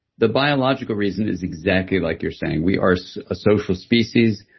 the biological reason is exactly like you're saying. we are so a social species,